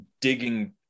digging